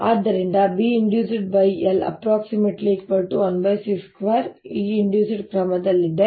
ಆದ್ದರಿಂದ Binduced l1c2Einduce d ಕ್ರಮದಲ್ಲಿದೆ